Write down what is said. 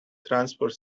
transport